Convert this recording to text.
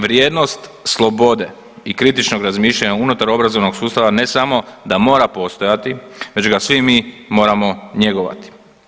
Vrijednost slobode i kritičnog razmišljanja unutar obrazovnog sustava ne samo da mora postojati već ga svi mi moramo njegovati.